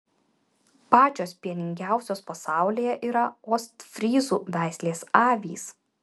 pačios pieningiausios pasaulyje yra ostfryzų veislės avys